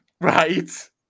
Right